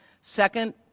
Second